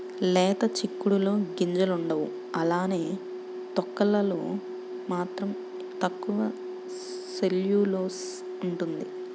లేత చిక్కుడులో గింజలుండవు అలానే తొక్కలలో మాత్రం తక్కువ సెల్యులోస్ ఉంటుంది